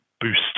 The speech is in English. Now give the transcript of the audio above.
boost